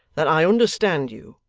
that i understand you,